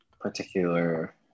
particular